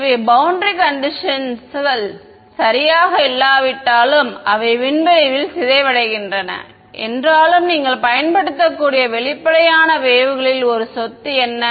எனவே boundary conditions சரியாக இல்லாவிட்டாலும் அவை விண்வெளியில் சிதைவடைகின்றன என்றாலும் நீங்கள் பயன்படுத்தக்கூடிய வெளிப்படையான வேவ்களின் ஒரு சொத்து என்ன